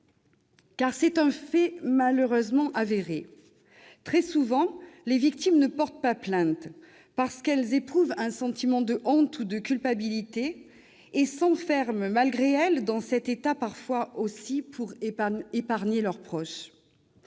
Car c'est un fait malheureusement avéré : très souvent, les victimes ne portent pas plainte parce qu'elles éprouvent un sentiment de honte ou de culpabilité, et elles s'enferment malgré elles dans cet état, parfois aussi pour épargner leurs proches.